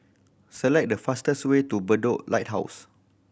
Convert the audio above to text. select the fastest way to Bedok Lighthouse